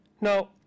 Now